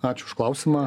ačiū už klausimą